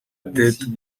tête